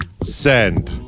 Send